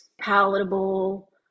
palatable